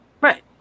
Right